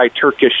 Turkish